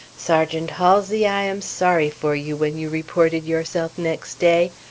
sergeant halsey, i am sorry for you when you reported yourself next day!